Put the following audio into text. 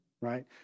right